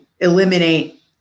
eliminate